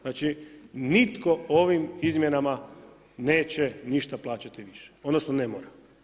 Znači, nitko ovim izmjenama neće ništa plaćati više, odnosno ne mora.